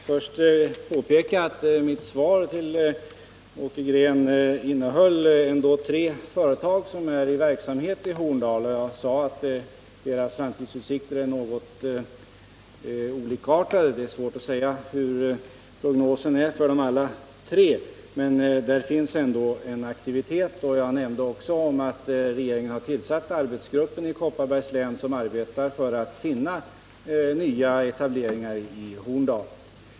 Herr talman! Låt mig till att börja med påpeka att mitt svar till Åke Green innehöll uppgift om tre företag som är i verksamhet i Horndal. Jag sade att deras framtidsutsikter är något olikartade. Det är för dem alla tre svårt att säga hur prognosen är, men det finns ändå en aktivitet. Jag nämnde också att regeringen har tillsatt en arbetsgrupp i Kopparbergs län, som arbetar för att finna nya etableringsmöjligheter i Horndal.